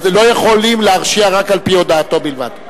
אבל לא יכולים להרשיע רק על-פי הודאתו בלבד.